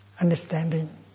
understanding